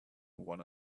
one